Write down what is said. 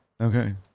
Okay